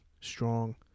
strong